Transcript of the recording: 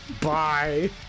Bye